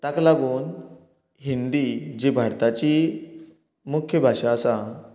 तेका लागून हिंदी जी भारताची मुख्य भाशा आसा